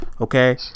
okay